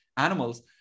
animals